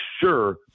sure